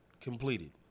Completed